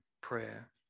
prayer